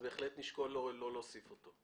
בהחלט נשקול לא להוסיף אותו.